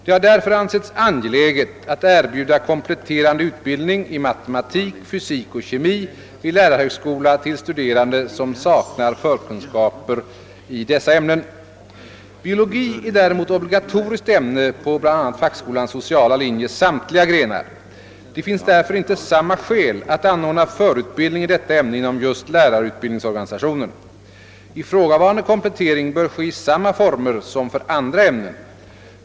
Det har därför ansetts angeläget att erbjuda kompletterande utbildning i matematik, fysik och kemi vid lärarhögskola till studerande som saknar förkunskaper i dessa ämnen. Biologi är däremot obligatoriskt ämne på bl.a. fackskolans sociala linjes samtliga grenar. Det finns därför inte samma skäl att anordna förutbildning i detta ämne inom just lärarutbildningsorganisalionen. Ifrågavarande komplettering bör ske i samma former som för andra "ämnen.